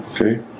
Okay